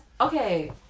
Okay